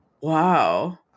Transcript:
Wow